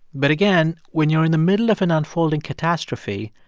but again, when you're in the middle of an unfolding catastrophe,